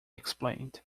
explained